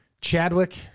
Chadwick